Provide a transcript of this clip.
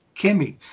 Kimmy